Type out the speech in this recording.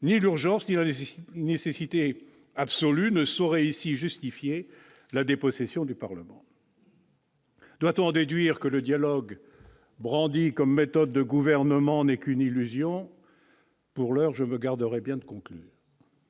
Ni l'urgence ni une nécessité absolue ne sauraient justifier ici la dépossession du Parlement de ses prérogatives. Doit-on en déduire que le dialogue brandi comme méthode de gouvernement n'est qu'une illusion ? Pour l'heure, je me garderai bien de conclure.